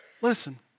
Listen